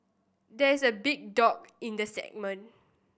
there is a big dog in the segment